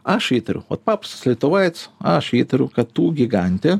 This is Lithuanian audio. aš įtariu vat paprastas lietuvaitis aš įtariu kad tų gigante